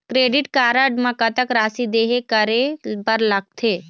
Credit card म कतक राशि देहे करे बर लगथे?